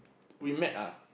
we met ah